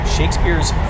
Shakespeare's